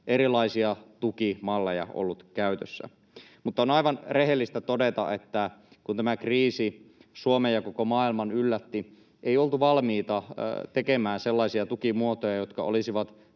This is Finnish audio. erilaisia tukimalleja ollut käytössä. Mutta on aivan rehellistä todeta, että kun tämä kriisi Suomen ja koko maailman yllätti, ei oltu valmiita tekemään sellaisia tukimuotoja, jotka olisivat